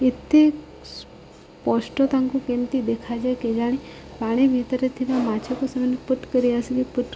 ଏତେ ସ୍ପଷ୍ଟ ତାଙ୍କୁ କେମିତି ଦେଖାଯାଏ କେଜାଣି ପାଣି ଭିତରେ ଥିବା ମାଛକୁ ସେମାନେ ପୁଟ୍ କରିକି ଆସିକି